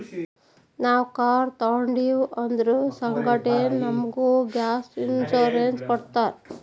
ನಾವ್ ಕಾರ್ ತೊಂಡಿವ್ ಅದುರ್ ಸಂಗಾಟೆ ನಮುಗ್ ಗ್ಯಾಪ್ ಇನ್ಸೂರೆನ್ಸ್ ಕೊಟ್ಟಾರ್